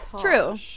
True